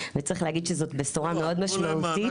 בוקר טוב לכולם,